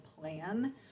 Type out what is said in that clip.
plan